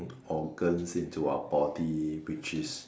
organs into our body which is